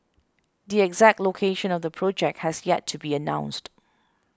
the exact location of the project has yet to be announced